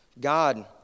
God